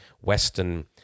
Western